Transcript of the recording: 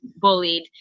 bullied